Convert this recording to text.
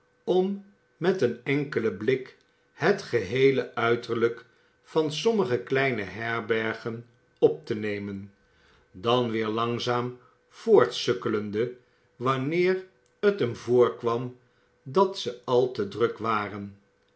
om met een enkelen blik het geheele uiterlijk van sommige kleine herbergen op te nemen dan weer langzaam voortsukkelende wanneer het hem voorkwam dat ze al te druk waren